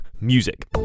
music